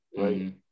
Right